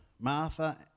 Martha